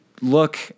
look